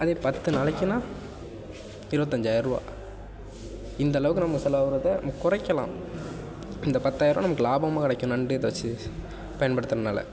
அதே பத்து நாளைக்குனா இருபத்தஞ்சாயிரூவா இந்தளவுக்கு நம்ம செலவாகிறத நம்ம குறைக்கலாம் இந்த பத்தாயரரூவா நமக்கு லாபமாக கிடைக்கும் நண்டு இதை வச்சு பயன்படுத்துறதனால